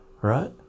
right